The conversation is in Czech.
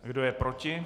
Kdo je proti?